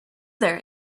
there